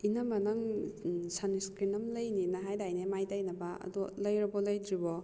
ꯏꯅꯝꯃ ꯅꯪ sunscreen ꯑꯃ ꯂꯩꯅꯤꯅ ꯍꯥꯏꯗꯥꯏꯅꯦ ꯃꯥꯏ ꯇꯩꯅꯕ ꯑꯗꯣ ꯂꯩꯔꯕꯣ ꯂꯩꯗ꯭ꯔꯤꯕꯣ